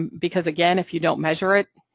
because, again, if you don't measure it,